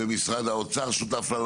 ומשרד האוצר שותף לה,